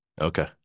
okay